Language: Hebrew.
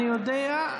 אני יודע,